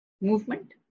movement